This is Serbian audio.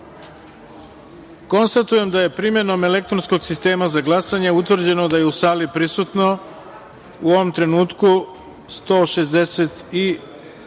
sistema. Konstatujem da je primenom elektronskog sistema za glasanje utvrđeno da je u sali prisutno u ovom trenutku 163